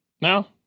Now